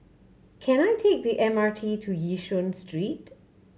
can I take the M R T to Yishun Street